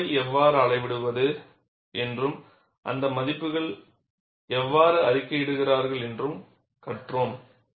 லோடை எவ்வாறு அளவிடுவது என்றும் அந்த மதிப்புகளை எவ்வாறு அறிக்கையிடுகிறார்கள் என்றும் கற்றோம்